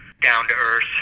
down-to-earth